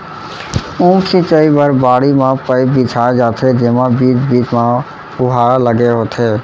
उप सिंचई बर बाड़ी म पाइप बिछाए जाथे जेमा बीच बीच म फुहारा लगे होथे